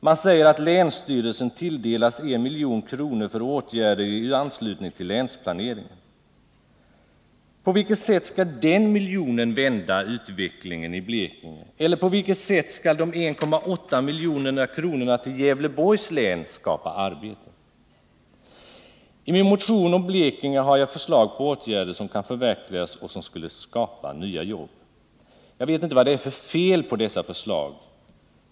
Man säger att länsstyrelsen tilldelats 1 milj.kr. för åtgärder i anslutning till länsplaneringen. På vilket sätt skall den miljonen vända utvecklingen i Blekinge? Eller på vilket sätt skall de 1,8 milj.kr. till Gävleborgs län skapa arbeten? I min motion om Blekinge har jag förslag på åtgärder som kan förverkligas och som skulle skapa nya jobb. Jag vet inte vad det är för fel på dessa förslag.